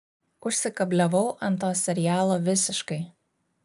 užsikabliavau ant to serialo visiškai